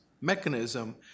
mechanism